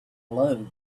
glowed